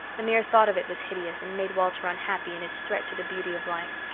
the mere thought of it was hideous, and made walter unhappy in its threat to the beauty of life.